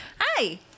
hi